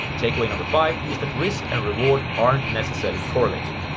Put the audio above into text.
takeaway number five is that risk and reward aren't necessarily correlated.